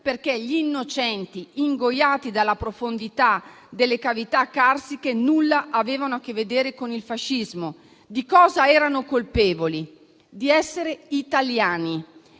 perché gli innocenti ingoiati dalla profondità delle cavità carsiche nulla avevano a che vedere con il fascismo. Di cosa erano colpevoli? Di essere italiani.